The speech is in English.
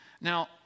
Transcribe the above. Now